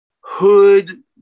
hood